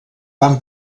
van